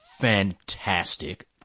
fantastic